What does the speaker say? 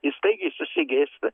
ji staigiai susigėsta